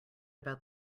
about